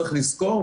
צריך לזכור,